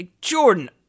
Jordan